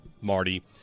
Marty